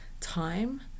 time